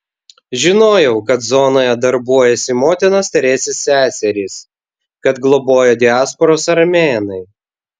žinojau kad zonoje darbuojasi motinos teresės seserys kad globoja diasporos armėnai